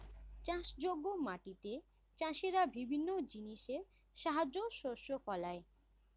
চাষযোগ্য মাটিতে চাষীরা বিভিন্ন জিনিসের সাহায্যে শস্য ফলায়